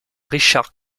richard